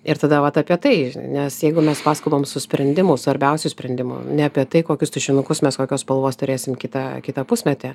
ir tada vat apie tai nes jeigu mes paskubam su sprendimu svarbiausiu sprendimu ne apie tai kokius tušinukus mes kokios spalvos turėsim kitą kitą pusmetį